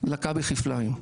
לקה בכפליים,